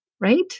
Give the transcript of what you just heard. Right